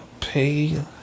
pay